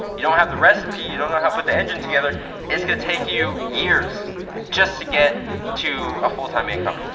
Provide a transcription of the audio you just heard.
you don't have the recipe, you don't know how to put the engine together it's gonna take you years just to get to a full-time income.